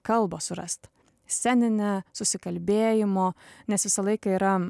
kalbą surast sceninę susikalbėjimo nes visą laiką yra